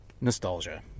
nostalgia